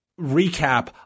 recap